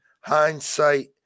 Hindsight